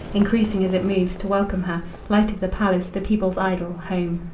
increasing as it moves, to welcome her, light of the palace, the people's idol, home.